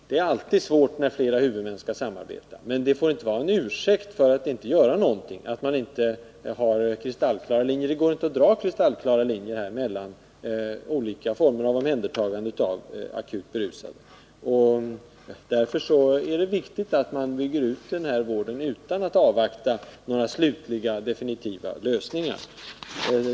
Det är alltid svårt när flera huvudmän skall samarbeta, men det förhållandet att man inte haren kristallklar ansvarsfördelning får inte vara en ursäkt för att ingenting görs. Det går inte att göra någon sådan kristallklar gränsdragning mellan olika former av omhändertagande av akut berusade, och därför är det viktigt att man bygger ut denna vård utan att avvakta några definitiva lösningar.